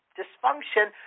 dysfunction